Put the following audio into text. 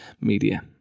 media